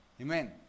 Amen